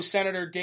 Senator